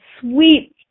sweet